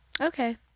Okay